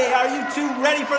are you two ready for